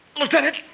Lieutenant